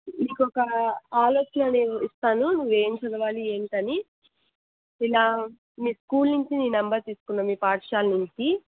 నీకు ఒక ఆలోచన అనేది ఇస్తాను నువ్వు ఏమి చదవాలి ఏంటి అని ఇలా మీ స్కూల్ నుంచి నీ నెంబర్ తీసుకున్న మీ పాఠశాల నుంచి